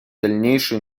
дальнейшую